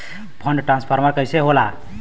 Fund transfer कैसे होला?